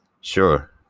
Sure